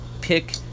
pick